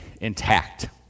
intact